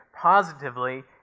Positively